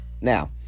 Now